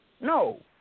No